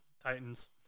Titans